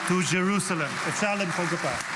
אפשר למחוא כפיים.